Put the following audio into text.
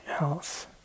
else